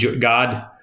God